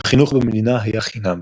החינוך במדינה היה חינם.